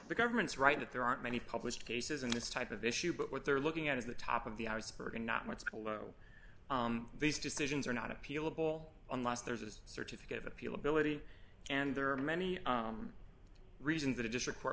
the government's right that there aren't many published cases in this type of issue but what they're looking at is the top of the iceberg and not much below these decisions are not appealable unless there's a certificate of appeal ability and there are many reasons that a district court